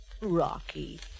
Rocky